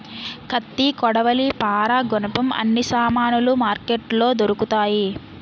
కత్తి కొడవలి పారా గునపం అన్ని సామానులు మార్కెట్లో దొరుకుతాయి